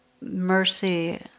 mercy